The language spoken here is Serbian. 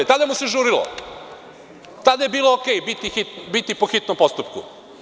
Tada mu se žurilo, tada je bilo u redu po hitnom postupku.